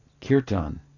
kirtan